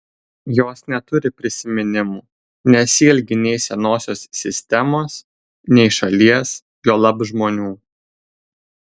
jos neturi prisiminimų nesiilgi nei senosios sistemos nei šalies juolab žmonių